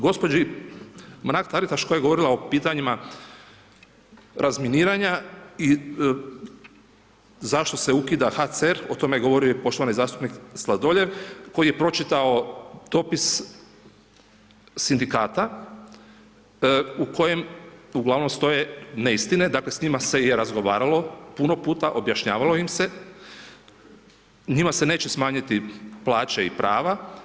Gđi Mrak Taritaš koja je govorila o pitanjima razminiranja i zašto se ukida HCR o tome govori poštovani zastupnik Sladoljev, koji je pročitao dopis sindikata, u kojem ugl. stoje neistine, dakle, s njima se je i razgovaralo puno puta, objašnjavalo im se, njima se neće smanjiti plaće i prava.